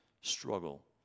struggle